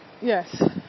Yes